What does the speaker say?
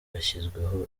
yashyizweho